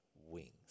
wings